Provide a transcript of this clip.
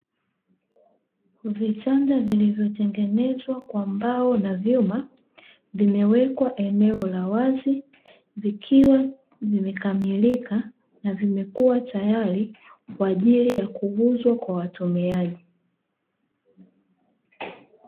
Vichanja vinavyotengenezwa kwa mbao na vyuma vimewekwa eneo la wazi, vikiwa vimekamilika na vimekuwa tayari kwaajili ya kuuzwa kwa watumiaji.